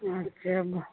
अच्छा